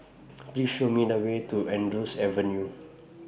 Please Show Me The Way to Andrews Avenue